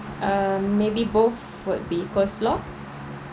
ah maybe both would be coleslaw